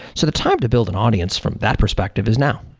so the time to build an audience from that perspective is now.